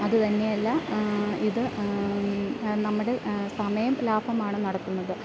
അതു തന്നെയല്ല ഇത് നമ്മുടെ സമയം ലാഭമാണ് നടക്കുന്നത്